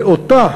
ואותה